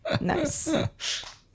Nice